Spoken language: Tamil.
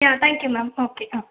yeah thank you ma'am okay ம்